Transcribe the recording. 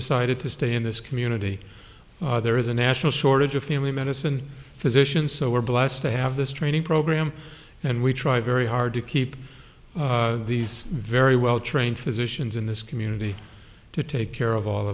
decided to stay in this community there is a national shortage of family medicine physician so we're blessed to have this training program and we try very hard to keep these very well trained physicians in this community to take care of all